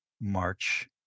March